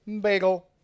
Bagel